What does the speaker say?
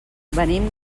venim